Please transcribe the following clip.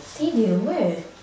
stadium where